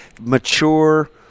mature